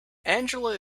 angela